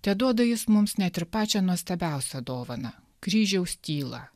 teduoda jis mums net ir pačią nuostabiausią dovaną kryžiaus tylą